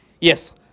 Yes